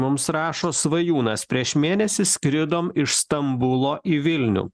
mums rašo svajūnas prieš mėnesį skridom iš stambulo į vilnių